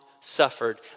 suffered